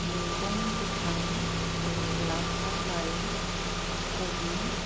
मैगं गोथां ओरै लाफा लाइ खबि